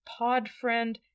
PodFriend